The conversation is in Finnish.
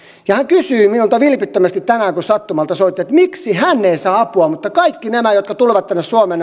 hän kysyi minulta vilpittömästi tänään kun sattumalta soitti että miksi hän ei saa apua mutta kaikkia näitä jotka tulevat tänne suomeen